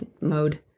mode